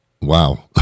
wow